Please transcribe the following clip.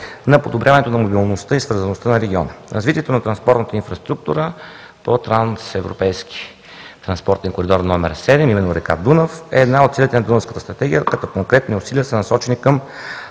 на подобряването на мобилността и свързаността в региона. Развитието на транспортната инфраструктура по Трансевропейски транспортен коридор № 7, а именно река Дунав, е една от целите на Дунавската стратегия, като конкретни усилия са насочени към